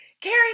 Carrie